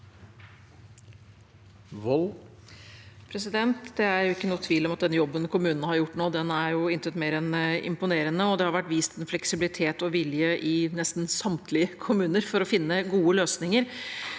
Det er ingen tvil om at den jobben kommunene har gjort nå, er intet mindre enn imponerende. Det har vært vist fleksibilitet og vilje i nesten samtlige kommuner for å finne gode løsninger.